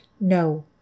No